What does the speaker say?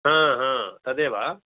हा हा तदेव